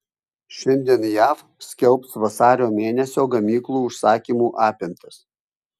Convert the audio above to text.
šiandien jav skelbs vasario mėnesio gamyklų užsakymų apimtis